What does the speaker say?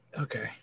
okay